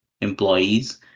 employees